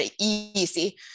easy